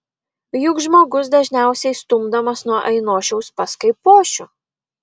juk žmogus dažniausiai stumdomas nuo ainošiaus pas kaipošių